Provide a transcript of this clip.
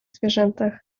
zwierzętach